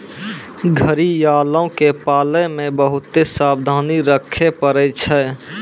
घड़ियालो के पालै मे बहुते सावधानी रक्खे पड़ै छै